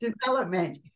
development